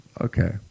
Okay